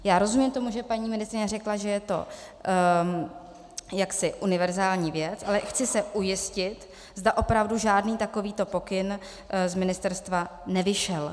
Já rozumím tomu, že paní ministryně řekla, že je to jaksi univerzální věc, ale chci se ujistit, zda opravdu žádný takovýto pokyn z ministerstva nevyšel.